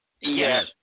Yes